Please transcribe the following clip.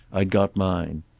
i'd got mine.